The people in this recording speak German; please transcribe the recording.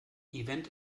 event